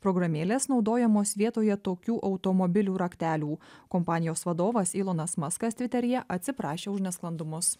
programėlės naudojamos vietoje tokių automobilių raktelių kompanijos vadovas elonas muskas tviteryje atsiprašė už nesklandumus